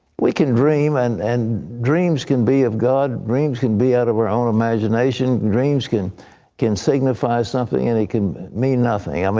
we can dream, and and dreams can be of god. dreams can be out of our own imagination. dreams can can signify something and it can mean nothing. um